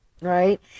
right